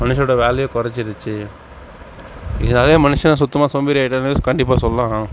மனுஷனோடய வேலையை கொறைச்சிடுச்சி இதால் மனுஷன் சுத்தமாக சோம்பேறி ஆயிட்டான்னே கண்டிப்பாக சொல்லலாம்